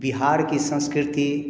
बिहार कि संस्कृति